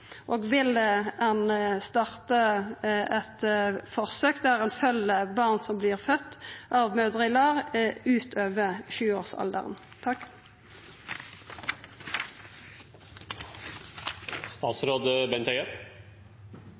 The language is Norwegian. Og vil ein starta eit forsøk der ein følgjer barn som vert fødde av mødrer i LAR, utover